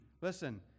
listen